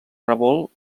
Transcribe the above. revolt